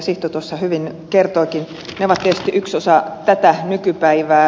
sihto tuossa hyvin kertoikin ovat tietysti yksi osa tätä nykypäivää